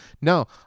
no